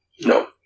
No